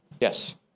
Yes